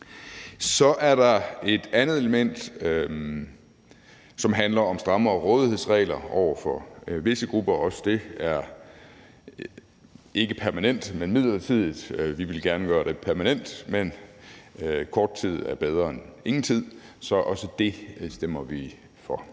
Så er der et andet element, som handler om strammere rådighedsregler for visse grupper. Også det er ikke permanent, men midlertidigt. Vi ville gerne gøre det permanent, men kort tid er bedre end ingen tid, så også det stemmer vi for.